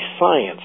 science